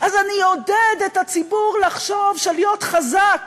אז אני אעודד את הציבור לחשוב שלהיות חזק